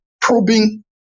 probing